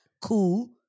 Cool